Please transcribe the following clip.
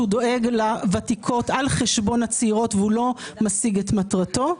שהוא דואג לוותיקות על חשבון הצעירות ולא משיג את מטרתו,